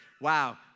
wow